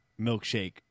milkshake